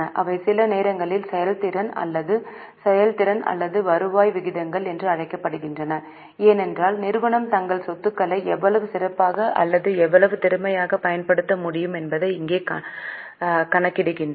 அவை சில நேரங்களில் செயல்திறன் அல்லது செயல்திறன் அல்லது வருவாய் விகிதங்கள் என்றும் அழைக்கப்படுகின்றன ஏனென்றால் நிறுவனம் தங்கள் சொத்துக்களை எவ்வளவு சிறப்பாக அல்லது எவ்வளவு திறமையாக பயன்படுத்த முடியும் என்பதை இங்கே கணக்கிடுகிறோம்